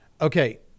Okay